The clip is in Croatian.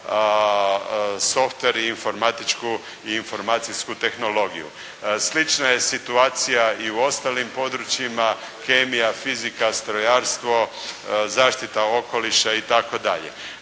za Softver i informatičku i informacijsku tehnologiju. Slična je situacija i u ostalim područjima, kemija, fizika, strojarstvo, zaštita okoliša itd.